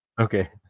okay